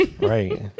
Right